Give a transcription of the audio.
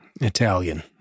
Italian